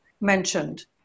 mentioned